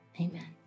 Amen